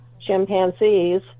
chimpanzees